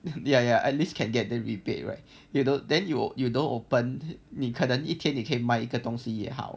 ya ya at least can get the rebate right you don't then you you don't open 你可能一天你可以卖一个东西也好